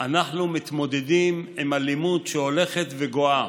אנחנו מתמודדים עם אלימות שהולכת וגואה.